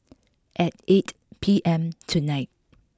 at eight P M tonight